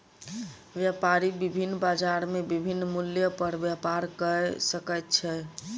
व्यापारी विभिन्न बजार में विभिन्न मूल्य पर व्यापार कय सकै छै